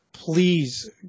Please